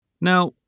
Now